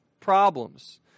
problems